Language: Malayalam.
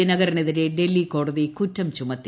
ദിനകരനെതിരെ ഡൽഹി കോടതി കുറ്റം ചുമത്തി